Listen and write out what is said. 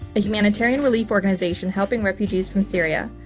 a humanitarian relief organization helping refugees from syria.